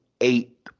eight